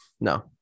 No